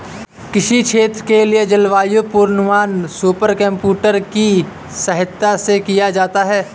किसी क्षेत्र के लिए जलवायु पूर्वानुमान सुपर कंप्यूटर की सहायता से किया जाता है